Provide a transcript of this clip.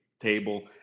table